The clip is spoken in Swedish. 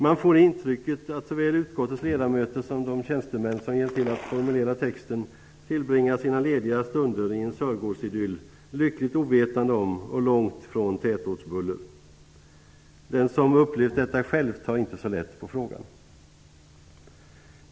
Man får intrycket att såväl utskottets ledamöter som de tjänstemän som hjälpt till att formulera texten tillbringar sina lediga stunder i en Sörgårdsidyll, lyckligt ovetande om och långt från tätortsbuller. Den som själv har upplevt detta tar inte så lätt på frågan.